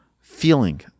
feeling